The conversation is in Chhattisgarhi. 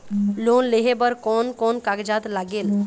लोन लेहे बर कोन कोन कागजात लागेल?